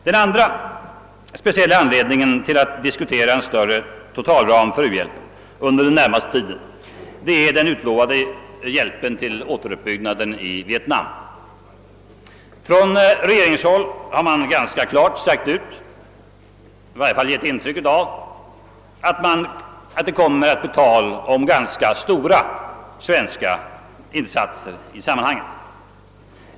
Den andra speciella anledningen att diskutera en större totalram för u-hjälpen under den närmaste tiden är den utlovade hjälpen till återuppbyggnaden i Vietnam. Från regeringshåll har man ganska klart givit intryck av att det kommer att bli fråga om rätt stora hjälpinsatser i sammanhanget.